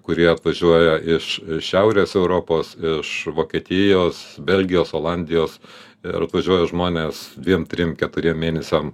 kurie atvažiuoja iš šiaurės europos iš vokietijos belgijos olandijos ir atvažiuoja žmonės dviem trim keturiem mėnesiam